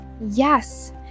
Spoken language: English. Yes